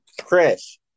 Chris